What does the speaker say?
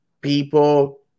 people